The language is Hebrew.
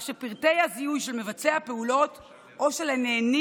כך שפרטי הזיהוי של מבצעי הפעולות או של הנהנים